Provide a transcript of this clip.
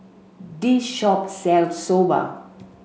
this shop sells Soba